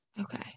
Okay